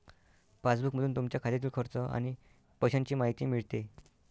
पासबुकमधून तुमच्या खात्यातील खर्च आणि पैशांची माहिती मिळते